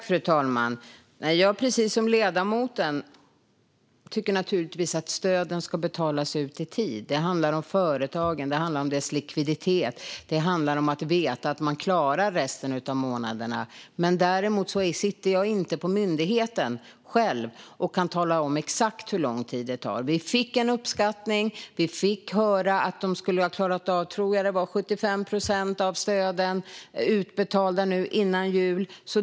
Fru talman! Jag, precis som ledamoten, tycker att stöden ska betalas ut i tid. Det handlar om företagen och deras likviditet, om att veta att man klarar resten av månaderna. Jag sitter inte själv på myndigheten och kan inte tala om exakt hur lång tid det kommer att ta. Vi fick en uppskattning. Vi fick höra att de skulle ha klarat av att betala ut 75 procent, tror jag att det var, av stöden före jul.